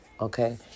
okay